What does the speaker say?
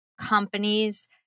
companies